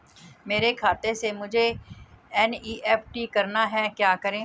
मेरे खाते से मुझे एन.ई.एफ.टी करना है क्या करें?